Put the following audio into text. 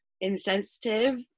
insensitive